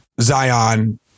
Zion